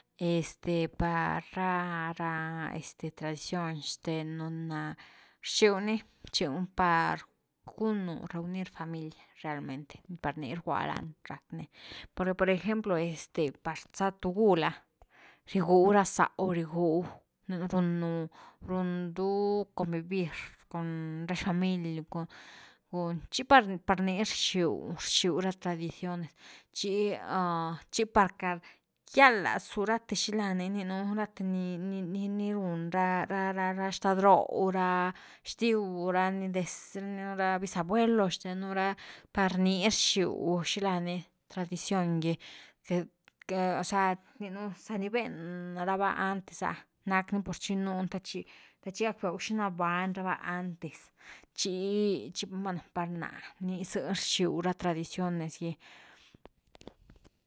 Este par ra-ra este tradición xten nu na rxiu ni-rxiu ni par gunu reunir familia realmente, par ni rgua lani rack ni, pero por ejemplo, par za tugul ah riguiura zóh riguiu runu, rundu convivir con ra xfamiliu cun, chi pat par ni rxiu-rxiu ra tradiciónes chi-chi par queity gial lazu rathe xilani gininu rathe ni-ni run ra-ra xtadróh raxtiu ra, bisabuelo xthenu ra par ni rxiu xila ni tradición gy, osea, rninu za ni ben r’va antes ah nap ni por chinun te cbihack bew xina buani rava antes chi-chi bueno par na ni zë rxiu ra tradiciones gy.